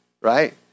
right